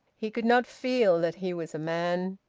he could not feel that he was a man.